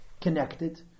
connected